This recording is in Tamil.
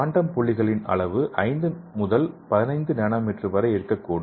குவாண்டம் புள்ளிகளின் அளவு 5 முதல் 15 நானோமீட்டர் வரை இருக்கக்கூடும்